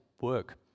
work